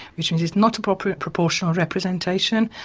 which means it's not a proper proportional representation,